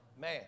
man